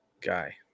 guy